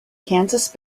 kansas